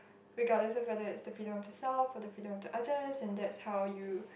regardless of whether it's the freedom of the self or the freedom of others and that's how you